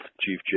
Chief